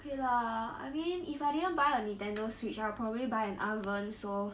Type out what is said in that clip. okay lah I mean if I didn't buy a Nintendo switch I'd probably buy an oven so